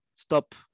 stop